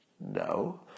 No